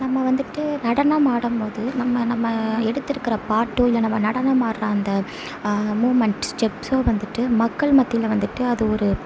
நம்ம வந்துட்டு நடனம் ஆடும்போது நம்ம நம்ம எடுத்திருக்குற பாட்டோ இல்லை நம்ம நடனம் ஆடுற அந்த மூமெண்ட்ஸ் ஸ்டெப்ஸோ வந்துட்டு மக்கள் மத்தியில் வந்துட்டு அது ஒரு